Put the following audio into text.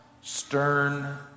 stern